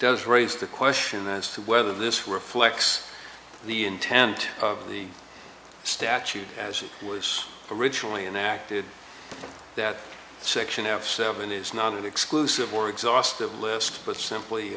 does raise the question as to whether this reflects the intent of the statute as it was originally enacted that section f seven is not an exclusive or exhaustive list but simply